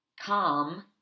calm